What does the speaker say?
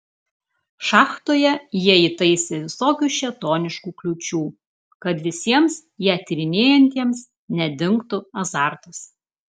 šachtoje jie įtaisė visokių šėtoniškų kliūčių kad visiems ją tyrinėjantiems nedingtų azartas